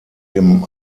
dem